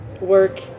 work